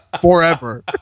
forever